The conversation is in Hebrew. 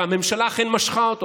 והממשלה אכן משכה אותו,